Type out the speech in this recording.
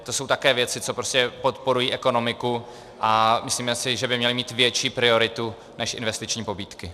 To jsou také věci, co prostě podporují ekonomiku, a myslíme si, že by měly mít větší prioritu než investiční pobídky.